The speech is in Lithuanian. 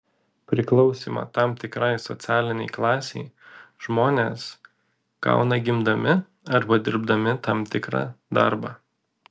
priklausymą tam tikrai socialinei klasei žmonės gauna gimdami arba dirbdami tam tikrą darbą